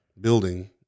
building